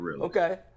Okay